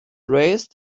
raise